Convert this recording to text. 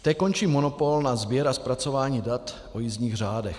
Té končí monopol na sběr a zpracování dat o jízdních řádech.